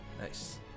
Nice